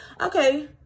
okay